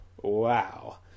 Wow